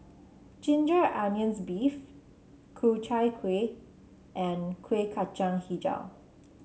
Ginger Onions beef Ku Chai Kuih and Kueh Kacang hijau